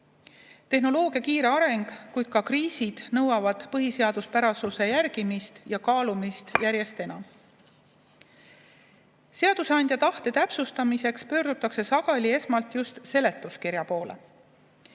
Tehnoloogia kiire areng, kuid ka kriisid nõuavad põhiseaduspärasuse järgimist ja kaalumist järjest enam. Seadusandja tahte täpsustamiseks pöördutakse sageli esmalt just seletuskirja poole.